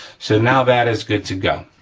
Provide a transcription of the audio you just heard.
so, now that is good to go.